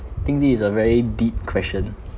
I think this is a very deep question